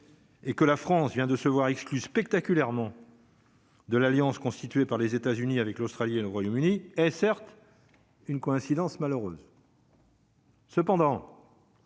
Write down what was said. et que la France vient de se voir exclues spectaculairement. De l'alliance constituée par les États-Unis avec l'Australie et le Royaume-Uni est certes une coïncidence malheureuse.